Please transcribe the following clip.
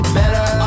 better